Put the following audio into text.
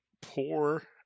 poor